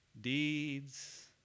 deeds